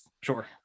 sure